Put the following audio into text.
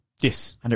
Yes